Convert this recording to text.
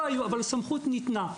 לא היו, אבל סמכות ניתנה.